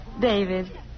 David